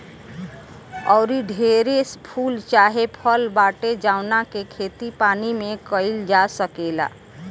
आऊरी ढेरे फूल चाहे फल बाटे जावना के खेती पानी में काईल जा सकेला